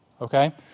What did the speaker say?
okay